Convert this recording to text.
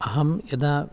अहं यदा